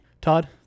Todd